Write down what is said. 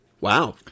Wow